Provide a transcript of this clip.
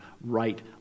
right